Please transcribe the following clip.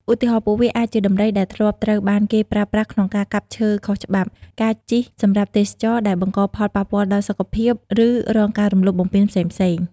ឧទាហរណ៍ ពួកវាអាចជាដំរីដែលធ្លាប់ត្រូវបានគេប្រើប្រាស់ក្នុងការកាប់ឈើខុសច្បាប់ ការជិះសម្រាប់ទេសចរណ៍ដែលបង្កផលប៉ះពាល់ដល់សុខភាព ឬរងការរំលោភបំពានផ្សេងៗ។